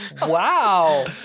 Wow